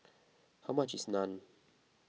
how much is Naan